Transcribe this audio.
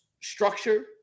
structure